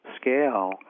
scale